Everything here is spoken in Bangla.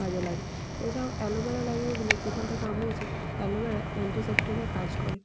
কাজে লাগে এছাড়াও অ্যালোভেরা লাগিয়ে দিলে যেখানটায় কামড়েছে অ্যালোভেরা অ্যান্টিসেপ্টিকের কাজ করে